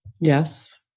Yes